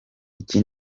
iki